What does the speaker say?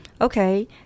okay